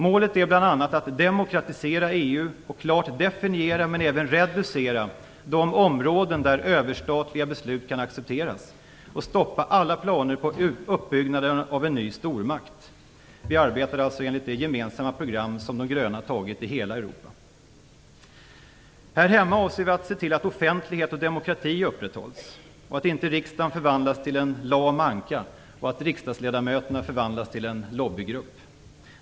Målet är bl.a. att demokratisera EU, klart definiera - men även reducera - de områden där överstatliga beslut kan accepteras och stoppa alla planer på uppbyggnaden av en ny stormakt. Vi arbetar alltså enligt det gemensamma program som de gröna i hela Europa har antagit. Här hemma avser vi att se till att offentlighet och demokrati upprätthålls, att riksdagen inte förvandlas till en lam anka och att riksdagsledamöterna inte förvandlas till en lobbygrupp.